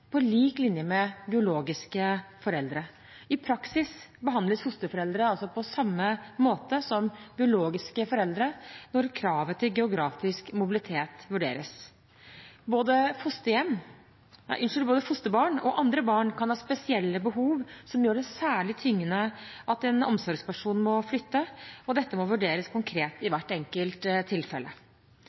på lik linje med biologiske foreldre. I praksis behandles fosterforeldre altså på samme måte som biologiske foreldre når kravet til geografisk mobilitet vurderes. Både fosterbarn og andre barn kan ha spesielle behov som gjør det særlig tyngende at en omsorgsperson må flytte. Dette må vurderes konkret i hvert enkelt tilfelle.